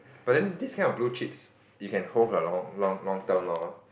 but then this kind of blue chips you can hold for a long long long term lor